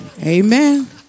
Amen